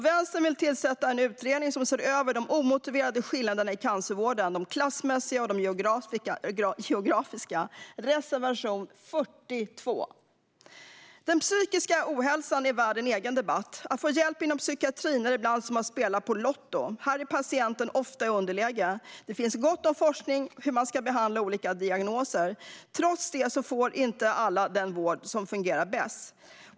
Vänstern vill tillsätta en utredning som ser över de omotiverade klassmässiga och geografiska skillnaderna i cancervården - reservation 42. Den psykiska ohälsan är värd en egen debatt. Att få hjälp inom psykiatrin är ibland som att spela på lotto. Här är patienten ofta i underläge. Det finns gott om forskning om hur man ska behandla olika diagnoser. Trots detta får inte alla den vård som fungerar bäst.